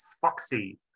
foxy